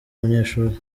umunyeshuri